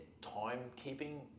timekeeping